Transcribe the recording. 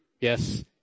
Yes